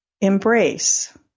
embrace